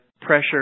pressure